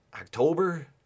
October